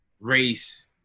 race